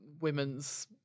women's